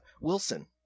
Wilson